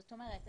זאת אומרת,